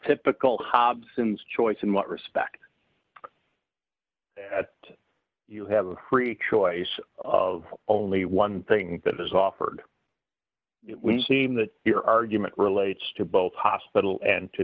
typical hobson's choice in what respect that you have free choice of only one thing that is offered we seem that your argument relates to both hospital and to